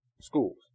schools